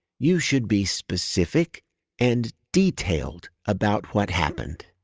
you should be specific and detailed about what happened.